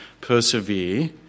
persevere